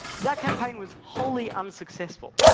that campaign was wholly unsuccessful.